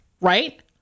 right